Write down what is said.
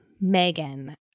Megan